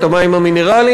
את המים המינרליים.